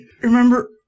remember